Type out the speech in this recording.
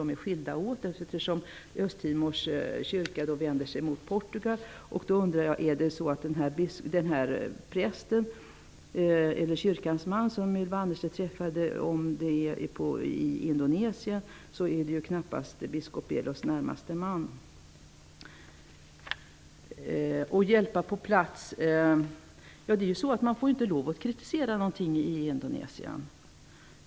De är skilda åt eftersom Östtimors kyrka vänder sig mot Portugal. Om det var i Indonesien som Ylva Annerstedt träffade den kyrkans man hon talar om, är det knappast biskop Belos närmaste man. Man får inte kritisera någonting i Indonesien.